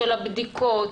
של בדיקות,